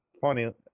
funny